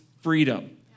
freedom